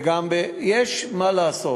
יש מה לעשות.